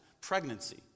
pregnancy